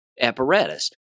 apparatus